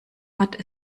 hat